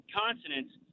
consonants